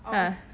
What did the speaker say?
uh